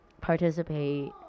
participate